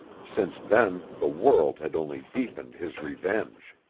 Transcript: since then the world had only deepened his revenge.